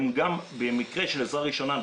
במקרה של עזרה ראשונה,